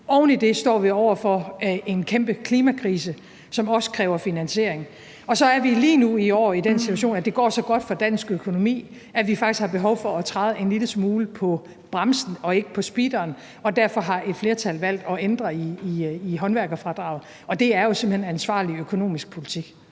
Oven i det står vi over for en kæmpe klimakrise, som også kræver finansiering. Og så er vi lige nu i år i den situation, at det går så godt for dansk økonomi, at vi faktisk har behov for at træde en lille smule på bremsen og ikke på speederen. Derfor har et flertal valgt at ændre i håndværkerfradraget – og det er jo simpelt hen en ansvarlig økonomisk politik.